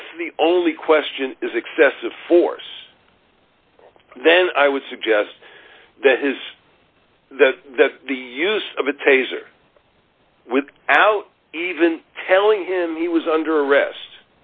if the only question is excessive force then i would suggest that his that the the use of a taser with out even telling him he was under arrest